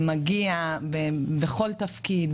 אתה מגיע בכל תפקיד,